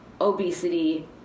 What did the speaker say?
obesity